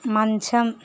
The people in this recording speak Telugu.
మంచం